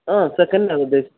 ആ സെക്കൻ്റാണ് ഉദ്ദേശിച്ചത്